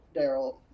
Daryl